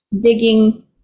digging